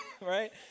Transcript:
Right